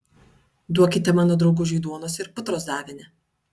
duokite mano draugužiui duonos ir putros davinį